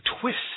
twist